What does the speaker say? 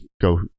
go